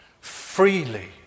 freely